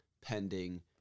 Pending